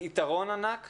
אורנה את רוצה?